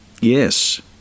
Yes